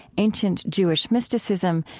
ancient jewish mysticism,